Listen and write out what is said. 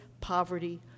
poverty